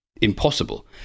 impossible